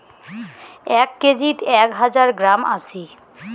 এক কেজিত এক হাজার গ্রাম আছি